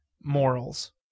morals